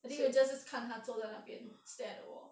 I think 人家是看他坐那边 stare at the wall